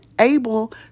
able